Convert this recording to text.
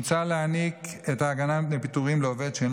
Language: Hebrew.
מוצע להעניק את ההגנה מפני פיטורים לעובד שאינו